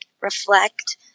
reflect